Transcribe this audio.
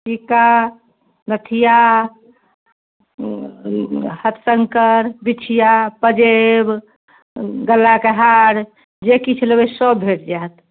टीका नथिआ हथशङ्कर बिछिआ पाजेब गलाके हार जे किछु लेबै सब भेटि जाएत